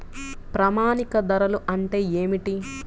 ప్రామాణిక ధరలు అంటే ఏమిటీ?